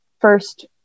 first